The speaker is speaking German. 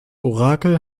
orakel